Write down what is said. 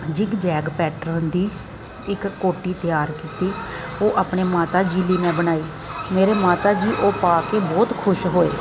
ਜਿਗ zag pattern ਦੀ ਇੱਕ ਕੋਟੀ ਤਿਆਰ ਕੀਤੀ ਉਹ ਆਪਣੇ ਮਾਤਾ ਜੀ ਦੀ ਮੈਂ ਬਣਾਈ ਮੇਰੇ ਮਾਤਾ ਜੀ ਉਹ ਪਾ ਕੇ ਬਹੁਤ ਖੁਸ਼ ਹੋਏ